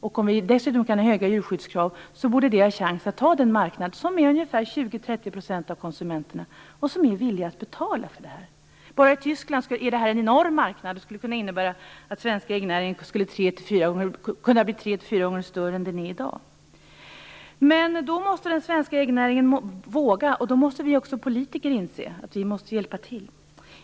Om vi dessutom kan ha höga djurskyddskrav borde det svenska ägget ha chans att ta de 20-30 % av marknaden som utgörs konsumenter som är villiga att betala för detta. Bara i Tyskland är detta en enorm marknad som skulle kunna innebära att den svenska äggnäringen skulle kunna bli 3-4 gånger större än den är i dag. Men då måste den svenska äggnäringen våga, och då måste också vi politiker inse att vi måste hjälpa till.